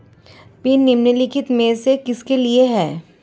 Pin निम्नलिखित में से किसके लिए है?